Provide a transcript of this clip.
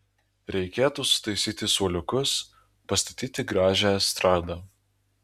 reikėtų sutaisyti suoliukus pastatyti gražią estradą